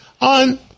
on